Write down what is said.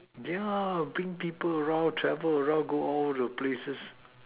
yeah bring people around travel around go all the places